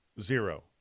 Zero